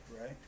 right